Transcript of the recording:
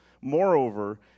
Moreover